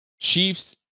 Chiefs